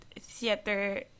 theater